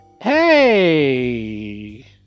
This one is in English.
Hey